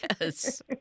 yes